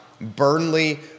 Burnley